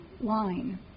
line